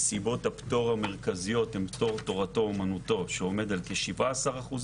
וסיבות הפטור המרכזיות הן - פטור תורתו אמנותו שעומד על 17%,